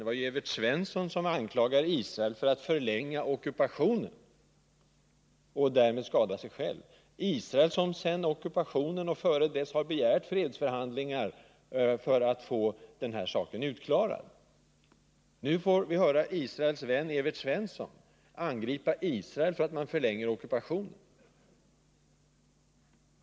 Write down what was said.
Det var ju Evert Svensson som anklagade Israel för att förlänga ockupationen och därmed skada sig självt — Israel som sedan ockupationen och dessförinnan har begärt fredsförhandlingar för att få den här saken utklarad. Nu får vi höra Israels vän Evert Svensson angripa Israel för att förlänga ockupationen.